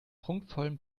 prunkvollen